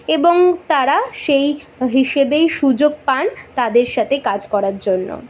এবং তারা সেই হিসেবেই সুযোগ পান তাদের সাথে কাজ করার জন্য